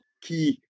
key